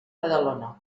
badalona